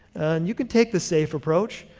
you can take the safe approach,